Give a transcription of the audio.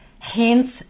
hence